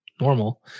normal